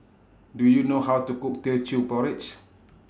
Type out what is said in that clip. Do YOU know How to Cook Teochew Porridge